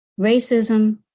racism